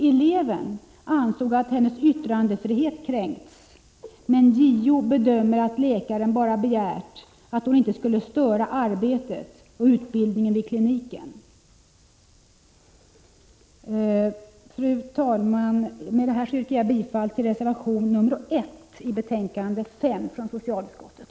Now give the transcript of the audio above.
Eleven ansåg att hennes yttrandefrihet kränkts, men JO bedömer att läkaren bara begärt att hon inte skulle störa arbetet och utbildningen vid kliniken.” Fru talman! Med det här yrkar jag bifall till reservation 1 i betänkande 5 från socialutskottet.